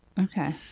Okay